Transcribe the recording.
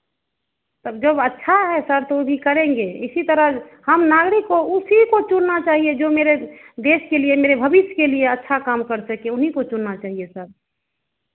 तब जो अच्छा है सर तो ऊ भी करेंगे इसी तरह हम नागरिक को उसी को चुनना चाहिए जो मेरे देश के लिए मेरे भविष्य के लिए अच्छा काम कर सके उन्हीं को चुनना चहिए सर